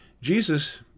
Jesus